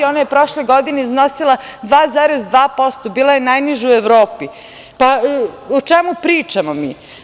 Ona je prošle godine iznosila 2,2%, bila je najniža u Evropi, pa o čemu pričamo mi.